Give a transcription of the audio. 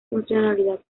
funcionalidad